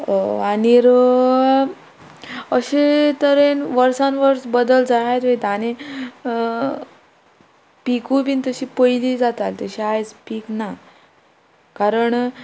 आनी अशे तरेन वर्सान वर्स बदल जायत वयता आनी पिकूय बी तशी पयली जाताली तशी आयज पीक ना कारण